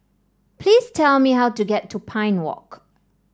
please tell me how to get to Pine Walk